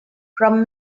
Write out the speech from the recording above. from